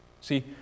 See